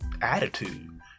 attitude